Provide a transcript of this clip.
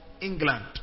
England